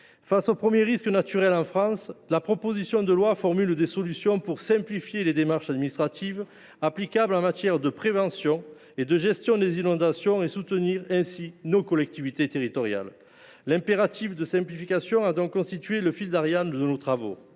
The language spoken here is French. face au premier risque naturel en France, la proposition de loi prévoit des solutions pour simplifier les démarches administratives applicables en matière de prévention et de gestion des inondations, et soutenir ainsi nos collectivités territoriales. L’impératif de simplification a donc constitué le fil d’Ariane de nos travaux.